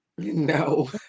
No